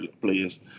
players